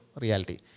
reality